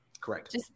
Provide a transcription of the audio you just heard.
Correct